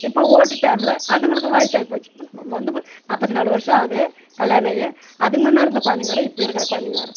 இப்போது ஓட்டு டைம்ல அதுங்களுக்கும் வயசாகி போச்சு இப்போ நம்ம வந்துப்ப நாற்பத்தி நாலு வருஷம் ஆகுது கல்யாணம் ஆகி அதுக்கு முன்ன இருந்த குழந்தைங்க வேற இப்போ இருக்கிற குழந்தைங்க வேற